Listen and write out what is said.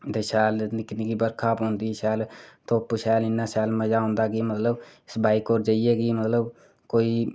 ते शैल निक्की निक्की बर्खा पौंदी शैल धुप्प शैल इन्ना जादा मज़ा औंदा कि तुस बाईक पर जाइयै कि मतलब कोई